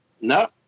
No